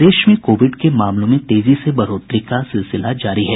प्रदेश में कोविड के मामलों में तेजी से बढ़ोतरी का सिलसिला जारी है